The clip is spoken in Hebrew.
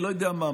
אני לא יודע מה,